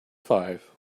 five